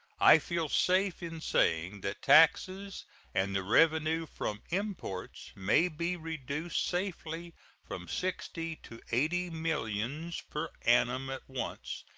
i feel safe in saying that taxes and the revenue from imports may be reduced safely from sixty to eighty millions per annum at once,